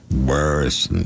worse